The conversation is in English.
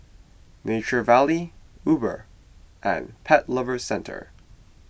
Nature Valley Uber and Pet Lovers Centre